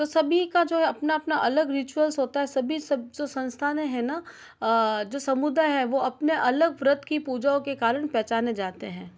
तो सभी का जो है अपना अपना अलग रिचुअल्स होते हैं सभी सब जो संस्थान है ना जो समुदाय हैं वो अपने अलग व्रत की पूजाओं के कारण पहचाने जाते हैं